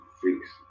freaks